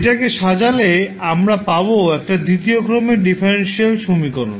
এটাকে সাজালে আমরা পাবো একটা দ্বিতীয় ক্রমের ডিফারেনশিয়াল সমীকরণ